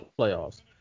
playoffs